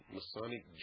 Masonic